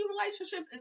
relationships